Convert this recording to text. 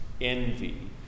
envy